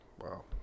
wow